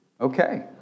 Okay